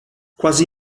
quasi